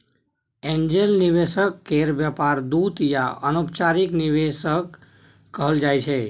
angel निवेशक केर व्यापार दूत या अनौपचारिक निवेशक कहल जाइ छै